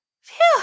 Phew